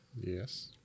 Yes